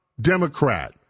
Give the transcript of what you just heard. Democrat